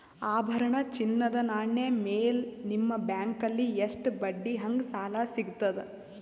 ಆಭರಣ, ಚಿನ್ನದ ನಾಣ್ಯ ಮೇಲ್ ನಿಮ್ಮ ಬ್ಯಾಂಕಲ್ಲಿ ಎಷ್ಟ ಬಡ್ಡಿ ಹಂಗ ಸಾಲ ಸಿಗತದ?